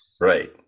Right